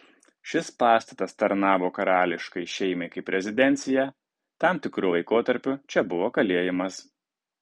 šis pastatas tarnavo karališkai šeimai kaip rezidencija tam tikru laikotarpiu čia buvo kalėjimas